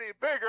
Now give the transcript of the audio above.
bigger